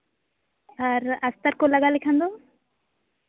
ᱟᱨ ᱠᱚ ᱞᱟᱜᱟᱣ ᱞᱮᱠᱷᱟᱱ ᱫᱚ